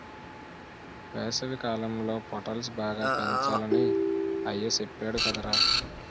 వేసవికాలంలో పొటల్స్ బాగా పెంచాలని అయ్య సెప్పేడు కదరా